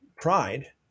pride